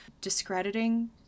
discrediting